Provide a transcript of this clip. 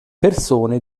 persone